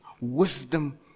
wisdom